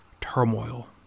turmoil